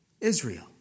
Israel